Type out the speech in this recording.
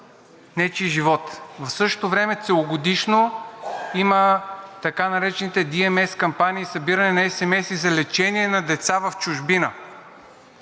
нечий живот. В същото време целогодишно има така наречените DMS кампании, събиране на SMS-и за лечение на деца в чужбина.